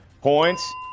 points